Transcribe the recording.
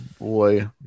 boy